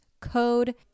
code